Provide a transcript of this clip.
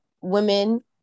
women